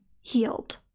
healed